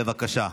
בבקשה,